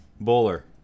Bowler